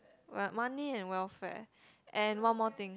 well money and welfare and one more thing